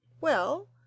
Well